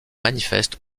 manifeste